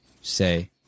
say